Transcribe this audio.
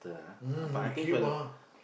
um we keep ah